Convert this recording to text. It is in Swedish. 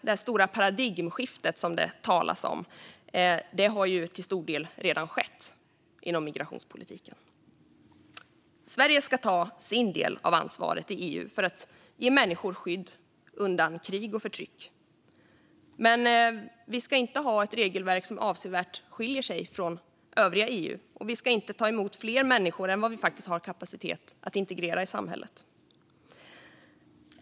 Det stora paradigmskiftet som det talas om har alltså till stor del redan skett inom migrationspolitiken. Sverige ska ta sin del av ansvaret i EU för att ge människor skydd undan krig och förtryck. Men vi ska inte ha ett regelverk som skiljer sig avsevärt från övriga EU, och vi ska inte ta emot fler människor än vad vi har kapacitet att integrera i samhället.